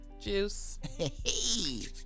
Juice